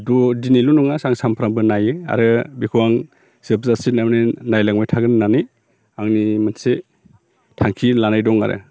दिनैल' नङा सानफ्रामबो नायो आरो बेखौ आं जोबजासिम थारमाने नायलांबाय थागोन होननानै आंनि मोनसे थांखि लानाय दं आरो